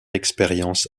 expérience